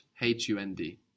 H-U-N-D